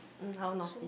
mm how naughty